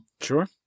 Sure